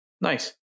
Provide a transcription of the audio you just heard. Nice